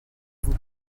vous